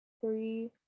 three